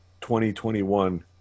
2021